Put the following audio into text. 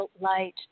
light